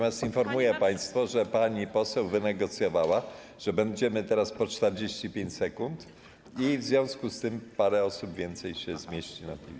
Informuję państwa, że pani poseł wynegocjowała, że będzie teraz 45 sekund i w związku z tym parę osób więcej się zmieści na tej liście.